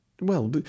Well